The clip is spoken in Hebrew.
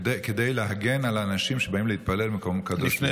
כדי להגן על אנשים שבאים להתפלל במקום קדוש.